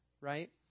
right